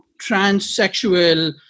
transsexual